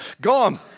Gone